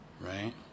right